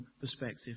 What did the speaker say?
perspective